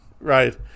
Right